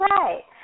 Right